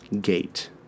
Gate